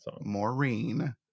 maureen